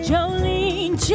Jolene